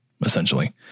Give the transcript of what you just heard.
essentially